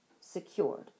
secured